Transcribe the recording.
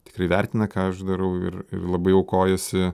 tikrai vertina ką aš darau ir ir labai aukojasi